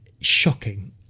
shocking